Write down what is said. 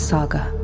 Saga